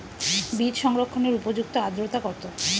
বীজ সংরক্ষণের উপযুক্ত আদ্রতা কত?